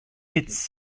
its